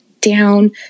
down